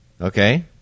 Okay